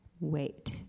wait